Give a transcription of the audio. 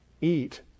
eat